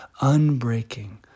unbreaking